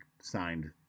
signed